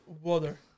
water